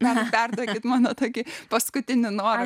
na perduokit mano taigi paskutinį norą